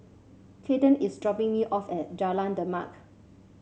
Cayden is dropping me off at Jalan Demak